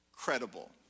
credible